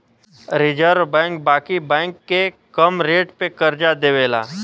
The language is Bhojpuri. रिज़र्व बैंक बाकी बैंक के कम रेट पे करजा देवेला